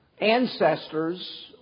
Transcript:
Ancestors